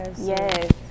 Yes